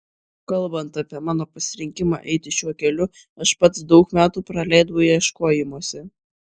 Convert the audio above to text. kalbant apie mano pasirinkimą eiti šiuo keliu aš pats daug metų praleidau ieškojimuose